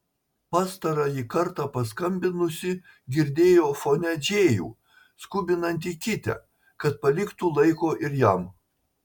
pastarąjį kartą paskambinusi girdėjo fone džėjų skubinantį kitę kad paliktų laiko ir jam